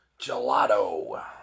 gelato